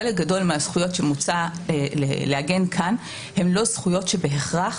חלק גדול מהזכויות שמוצע לעגן כאן הן לא זכויות שבהכרח